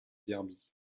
derby